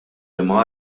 liema